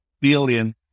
billion